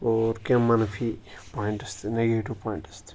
اور کینٛہہ منفی پویِںٛٹٕز تہِ نَگیٹِو پویِنٛٹٕز تہِ